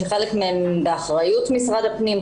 שחלק מהם באחריות משרד הפנים,